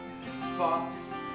Fox